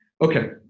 Okay